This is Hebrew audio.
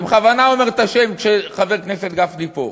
אני בכוונה אומר את השם כשחבר הכנסת גפני פה,